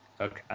Okay